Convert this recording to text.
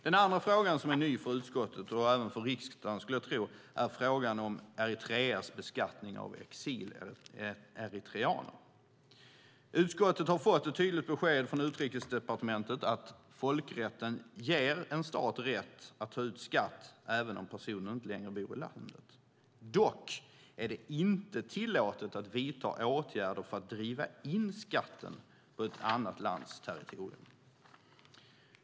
Den andra frågan som är ny för utskottet och även för riksdagen, skulle jag tro, är frågan om Eritreas beskattning av exileritreaner. Utskottet har fått ett tydligt besked från Utrikesdepartementet att folkrätten ger en stat rätt att ta ut skatt även om personen inte längre bor i landet. Dock är det inte tillåtet att vidta åtgärder för att driva in skatt på ett annat lands territorium.